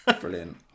Brilliant